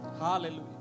Hallelujah